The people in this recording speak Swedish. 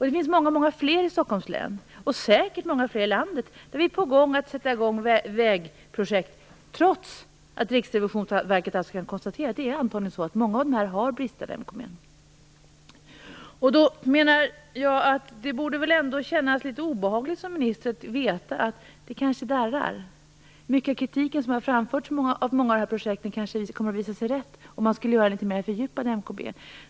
Det finns många fler i Stockholms län och säkert många fler i landet där vi skall sätta i gång vägprojekt trots att Riksrevisionsverket kan konstatera att många av dem antagligen har bristande MKB. Jag menar att det ändå borde kännas litet obehagligt som minister att veta att det kanske darrar. Mycket av kritiken som har framförts i många av de här projekten kanske kommer att visa sig vara riktig om man gör en litet mer fördjupad MKB.